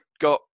got